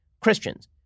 Christians